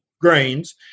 grains